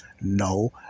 no